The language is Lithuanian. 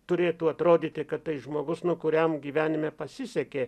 turėtų atrodyti kad tai žmogus nu kuriam gyvenime pasisekė